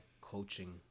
coaching